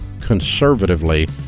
conservatively